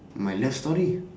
my love story